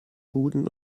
guten